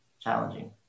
challenging